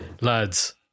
lads